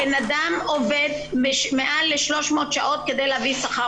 הבן אדם עובד מעל ל-300 שעות כדי להביא שכר